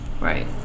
Right